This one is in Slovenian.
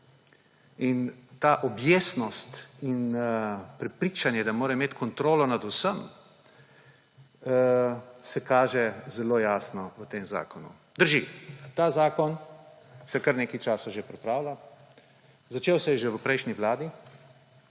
In ta objestnost in prepričanje, da mora imeti kontrolo nad vsem, se kaže zelo jasno v tem zakonu. Drži, ta zakon se kar nekaj časa že pripravlja, začel se je že v prejšnji vladi.